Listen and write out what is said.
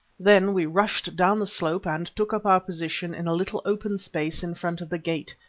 then we rushed down the slope and took up our position in a little open space in front of the gate,